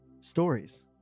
stories